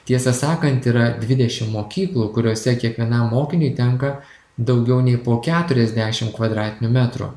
tiesą sakant yra dvidešim mokyklų kuriose kiekvienam mokiniui tenka daugiau nei po keturiasdešim kvadratinių metrų